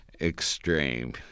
extreme